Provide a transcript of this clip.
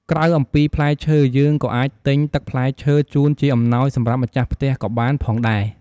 ក្រៅអំពីផ្លែឈើយើងក៏អាចទិញទឹកផ្លែឈើជូនជាអំណោយសម្រាប់ម្ចាស់ផ្ទះក៏បានផងដែរ។